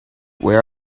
where